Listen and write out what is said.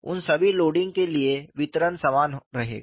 उन सभी लोडिंग के लिए वितरण समान रहेगा